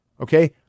Okay